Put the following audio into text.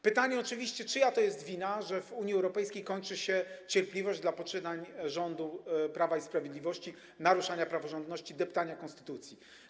Pytanie oczywiście, czyja to jest wina, że w Unii Europejskiej kończy się cierpliwość dla poczynań rządu Prawa i Sprawiedliwości, naruszania praworządności, deptania konstytucji.